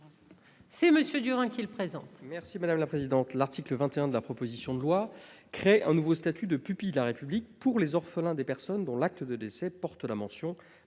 : La parole est à M. Jérôme Durain. L'article 21 de la proposition de loi crée un nouveau statut de pupille de la République pour les orphelins des personnes dont l'acte de décès porte la mention